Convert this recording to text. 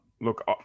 look